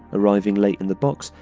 arriving late in the box,